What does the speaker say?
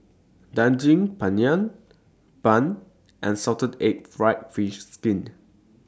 Daging Penyet Bun and Salted Egg Fried Fish Skin